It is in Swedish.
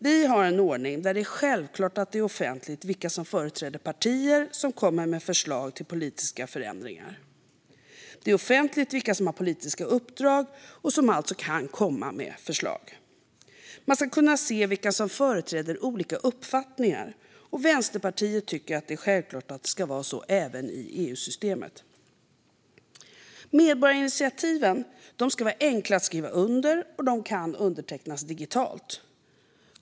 Vi har en ordning där det är självklart att det är offentligt vilka som företräder de partier som kommer med förslag till politiska förändringar. Det är offentligt vilka som har politiska uppdrag och som alltså kan komma med förslag. Man ska kunna se vilka som företräder olika uppfattningar, och Vänsterpartiet tycker att det är självklart att det ska vara så även i EU-systemet. Medborgarinitiativen ska vara enkla att skriva under, och de kan undertecknas digitalt.